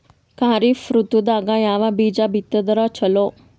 ಖರೀಫ್ ಋತದಾಗ ಯಾವ ಬೀಜ ಬಿತ್ತದರ ಚಲೋ?